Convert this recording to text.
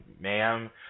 ma'am